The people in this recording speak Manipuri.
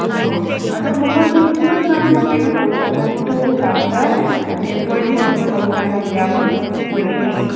ꯑꯣ ꯑꯗꯨ ꯃꯃꯜ ꯄꯨꯟꯅ ꯀꯩꯅꯣ ꯇꯧꯕꯀꯥꯟꯗ ꯇꯨꯕꯀꯥꯟꯗ ꯑꯗꯨ ꯏꯝꯕꯣꯏꯗ꯭ꯔꯤꯒꯨꯝꯕ ꯇꯧꯕꯀꯥꯟꯗ ꯀꯌꯥꯃꯨꯛ ꯑꯣꯏꯒꯅꯤ